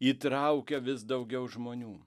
įtraukia vis daugiau žmonių